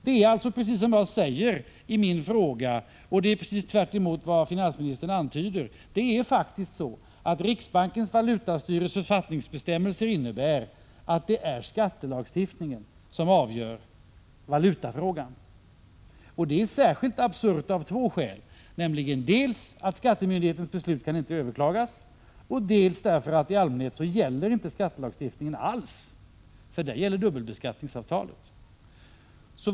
Det är alltså precis så som jag säger i min fråga och precis tvärtemot vad finansministern antyder i sitt svar. Riksbankens valutastyrelses författningsbestämmelser innebär faktiskt att det är skattelagstiftningen som avgör valutafrågan. Det är särskilt absurt av två skäl, nämligen dels därför att skattemyndighetens beslut inte kan överklagas, dels därför att skattelagstiftningen inte gäller alls — där gäller dubbelbeskattningsavtal.